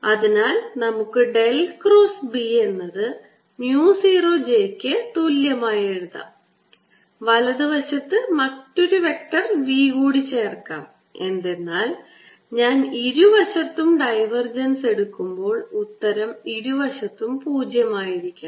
അതിനാൽ നമുക്ക് del cross B എന്നത് mu 0 j ക്ക് തുല്യമായി എഴുതാം വലതുവശത്ത് മറ്റൊരു വെക്റ്റർ v കൂടി ചേർക്കാം എന്തെന്നാൽ ഞാൻ ഇരുവശത്തും ഡൈവർജൻസ് എടുക്കുമ്പോൾ ഉത്തരം ഇരുവശത്തും 0 ആയിരിക്കണം